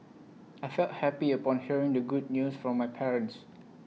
I felt happy upon hearing the good news from my parents